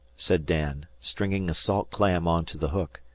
said dan, stringing a salt clam on to the hook.